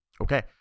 okay